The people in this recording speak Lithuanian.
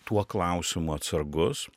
tuo klausimu atsargus